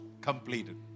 completed